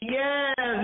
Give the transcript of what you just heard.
yes